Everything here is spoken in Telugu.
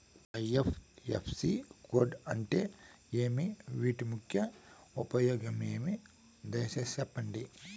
ఐ.ఎఫ్.ఎస్.సి కోడ్ అంటే ఏమి? వీటి ముఖ్య ఉపయోగం ఏమి? దయసేసి సెప్పండి?